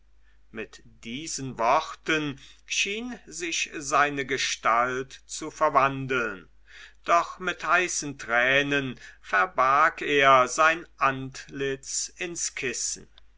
mit diesen worten schien sich seine gestalt zu verwandeln doch mit heißen tränen verbarg er sein antlitz ins kissen